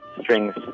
strings